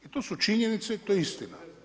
To su činjenice i to je istina.